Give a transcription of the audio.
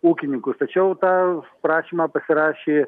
ūkininkus tačiau tą prašymą pasirašė